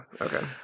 Okay